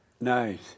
Nice